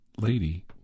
lady